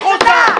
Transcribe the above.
החוצה.